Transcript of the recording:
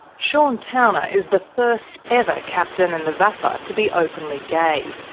sean towner is the first ever captain in the vafa to be openly gay.